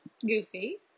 Goofy